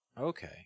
Okay